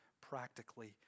practically